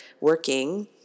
working